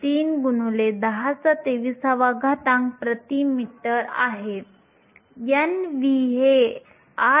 3 x 1023 m 3 आहे Nv 8